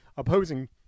Opposing